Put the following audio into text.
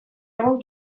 egun